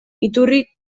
iturri